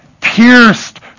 pierced